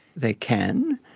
they can.